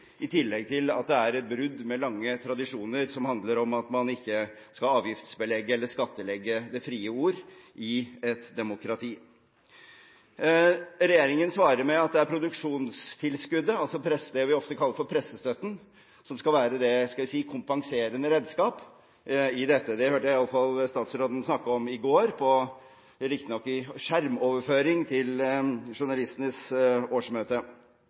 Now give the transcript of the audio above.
i tillegg til at det er et brudd med lange tradisjoner som handler om at man ikke skal avgiftsbelegge eller skattlegge det frie ord i et demokrati. Regjeringen svarer at det er produksjonstilskuddet, altså det vi ofte kaller for pressestøtten, som skal være – vil jeg si – det kompenserende redskap i dette. Det hørte jeg i alle fall statsråden snakke om i går, riktig nok i skjermoverføring, til Norsk Journalistlags årsmøte.